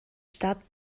stadt